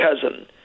cousin